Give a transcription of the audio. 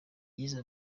yize